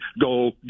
Go